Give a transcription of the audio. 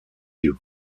you